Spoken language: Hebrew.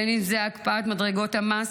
אם זה הקפאת מדרגות המס,